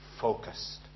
focused